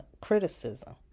criticism